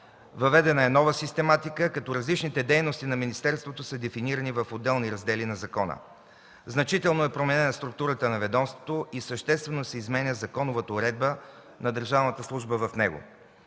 Въведена е нова систематика, като различните дейности на министерството са дефинирани в отделни раздели на закона. Значително е променена структурата на ведомството и съществено се изменя законовата уредба на държавната служба в него.